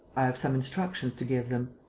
have some instructions to give them.